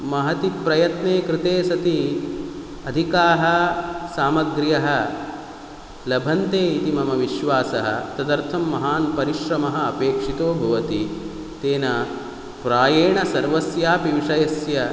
महति प्रयत्ने कृते सति अधिकाः सामग्र्यः लभन्ते इति मम विश्वासः तदर्थं महान् परिश्रमः अपेक्षितो भवति तेन प्रायेण सर्वस्यापि विषयस्य